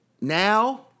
Now